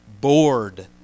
bored